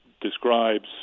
describes